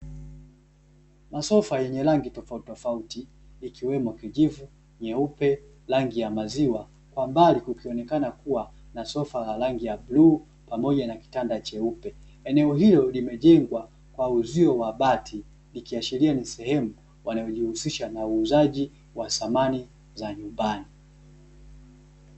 Masofa yenye rangi tofautitofauti ikiwemo kijivu, nyeupe, rangi ya maziwa kwa mbali kukionekana kuwa na sofa la rangi ya bluu pamoja na kitanda cheupe. Eneo hilo limejengwa kwa uzio wa bati, ikiashiria ni sehemu wanayojihushisha na uuzaji wa samani za nyumbani.